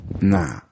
Nah